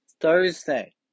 Thursday